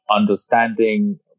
understanding